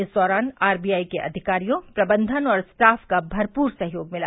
इस दौरान आरबीआई के अधिकारियों प्रबंधन और स्टाफ का भरपूर सहयोग मिला